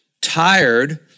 tired